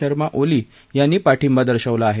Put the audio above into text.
शर्मा ओली यांनी पाठिंबा दर्शवला आहे